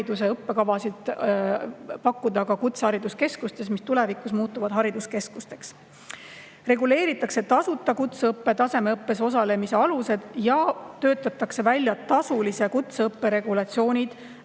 üldkeskhariduse õppekavasid pakkuda ka kutsehariduskeskustes, mis tulevikus muutuvad hariduskeskusteks. Reguleeritakse tasuta kutseõppe tasemeõppes osalemise alused ja töötatakse välja tasulise kutseõppe regulatsioonid